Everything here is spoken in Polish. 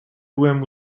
byłem